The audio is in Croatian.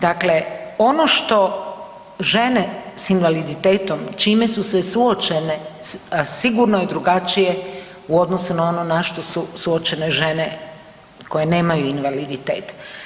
Dakle, ono što žene s invaliditetom čime su sve suočene sigurno je drugačije u odnosu na ono na što su suočene žene koje nemaju invaliditet.